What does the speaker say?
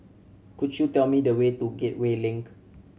could you tell me the way to Gateway Link